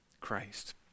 Christ